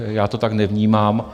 Já to tak nevnímám.